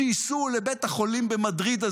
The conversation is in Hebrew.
שיסעו לבית החולים הזה במדריד,